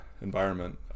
environment